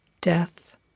death